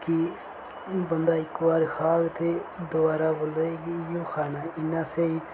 कि बंदा इक बार खाह्ग ते दोबारा बोलदा ऐ कि इ'यै खाना इन्ना स्हेई